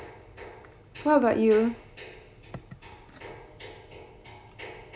what about you